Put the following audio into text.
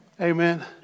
Amen